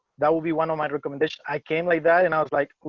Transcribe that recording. that will be one on my recommendation i came like that. and i was like,